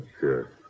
Sure